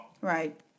Right